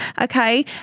Okay